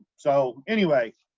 so anyway,